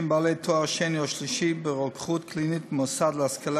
בעלי תואר שני או שלישי ברוקחות קלינית ממוסד להשכלה